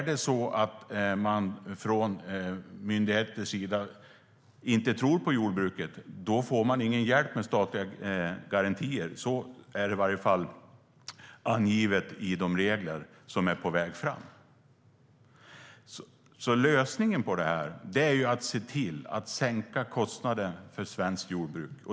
Om myndigheterna inte tror på jordbruket får man heller ingen hjälp med statliga garantier. Så är det åtminstone angivet i de regler som håller på att tas fram. Lösningen är att sänka kostnaderna för svenskt jordbruk.